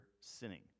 sinning